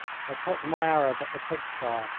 i put my arab at the pig-sty.